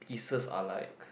pieces are like